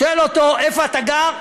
שואל אותו: איפה אתה גר?